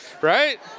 right